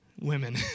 Women